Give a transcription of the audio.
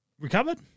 Recovered